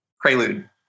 prelude